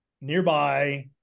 nearby